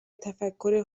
تفکر